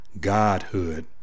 Godhood